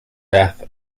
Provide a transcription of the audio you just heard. death